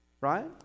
right